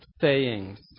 sayings